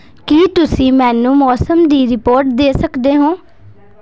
ਕੀ ਤੁਸੀਂ ਮੈਨੂੰ ਮੌਸਮ ਦੀ ਰਿਪੋਰਟ ਦੇ ਸਕਦੇ ਹੋ